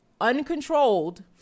uncontrolled